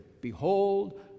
Behold